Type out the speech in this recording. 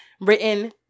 written